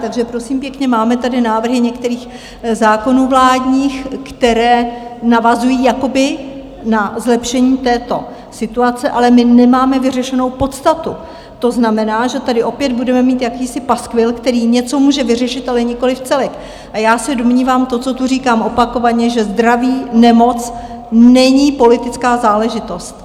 Takže, prosím pěkně, máme tady návrhy některých zákonů vládních, které navazují na zlepšení této situace, ale my nemáme vyřešenou podstatu, to znamená, že tady opět budeme mít jakýsi paskvil, který něco může vyřešit, ale nikoliv celek, a já se domnívám to, co tu říkám opakovaně, že zdraví, nemoc není politická záležitost.